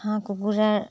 হাঁহ কুকুৰাৰ